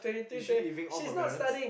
is she living off her parents